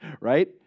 right